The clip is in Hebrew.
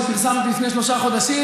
שפרסמתי לפני שלושה חודשים,